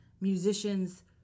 Musicians